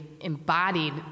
embodied